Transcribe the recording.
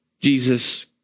Jesus